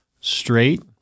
straight